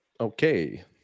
Okay